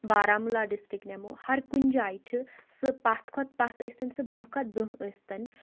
Baramulla district نِمو ہر کُنہِ جایہِ چھِ سُہ پَتھ کھۄتہٕ پَتھ ٲسۍ تن سُہ برونٛہہ کھۄتہٕ برونٛہہ ٲسۍ تَن